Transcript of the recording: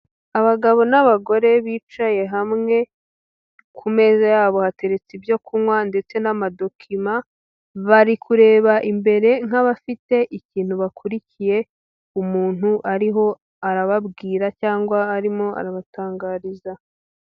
Abagabo n'abagore bicaye hamwe, ku meza yabo hateretse ibyo kunywa ndetse n'amadokima, bari kureba imbere nk'abafite ikintu bakurikiye, umuntu ariho arababwira cyangwa arimo arabatangariza.